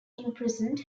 imprisoned